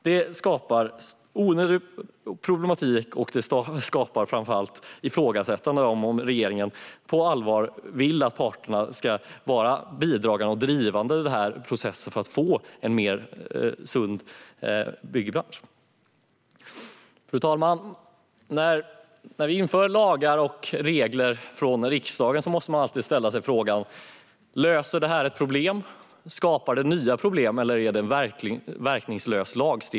Det skapar onödig problematik, och det skapar framför allt ifrågasättande av om regeringen på allvar vill att parterna ska vara bidragande och drivande i den här processen för att få en sundare byggbransch. Fru talman! När riksdagen inför lagar och regler måste vi alltid ställa oss frågan om lagstiftningen som vi tar beslut om löser ett problem, skapar nya problem eller är verkningslös.